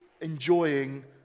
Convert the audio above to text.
enjoying